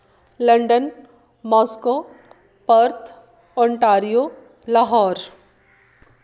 London Moscow Perth Ontario Lahore